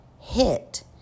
hit